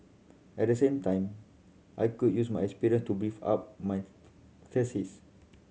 at the same time I could use my experience to beef up my thesis